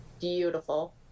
beautiful